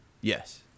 Yes